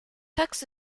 tux